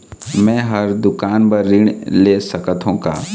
मैं हर दुकान बर ऋण ले सकथों का?